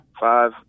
Five